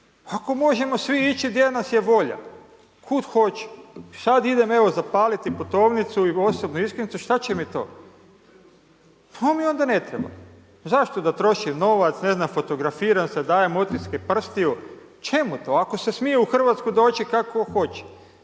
ako možemo svi ići gdje nas je volja, kud hoću, i sad idem, evo zapaliti putovnicu i osobnu iskaznicu, šta će mi to? To mi onda ne treba, zašto da trošim novac, ne znam, fotografiram se, dajem otiske prstiju, čemu to, ako se smije u Hrvatsku doći kako tko